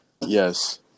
Yes